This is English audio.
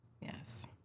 Yes